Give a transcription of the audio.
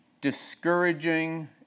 discouraging